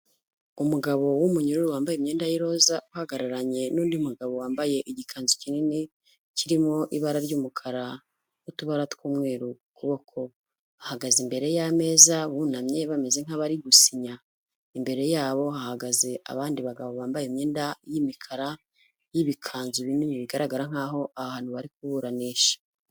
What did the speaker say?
Umugabo w'umunyururu wambaye imyenda y'iroza, uhagararanye n'undi mugabo wambaye igikanzu kinini kirimo ibara ry'umukara n'utubara tw'umweru ku kuboko, bahagaze imbere y'ameza bunamye bameze nk'abari gusinya, imbere yabo hahagaze abandi bagabo bambaye imyenda y'imikara y'ibikanzu binini bigaragara nk'aho aho hantu bari kuburanisha.